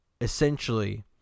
essentially